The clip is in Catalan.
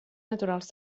naturals